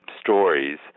stories